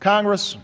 Congress